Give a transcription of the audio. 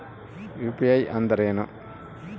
UPI ಅಂದ್ರೇನು?